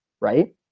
right